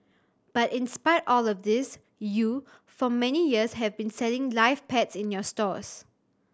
but in spite of all of this you for many years have been selling live pets in your stores